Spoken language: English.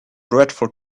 dreadful